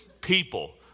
people